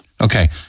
Okay